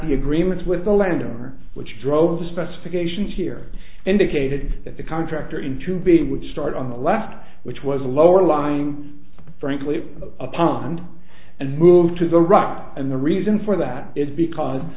the agreements with the landowner which drove the specifications here indicated that the contractor into being would start on the left which was a lower lying frankly a pond and moved to the rock and the reason for that is because